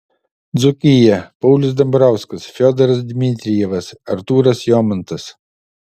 dzūkija paulius dambrauskas fiodoras dmitrijevas artūras jomantas